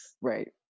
Right